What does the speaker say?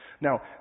Now